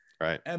Right